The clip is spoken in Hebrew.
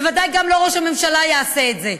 בוודאי גם ראש הממשלה לא יעשה את זה,